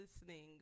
listening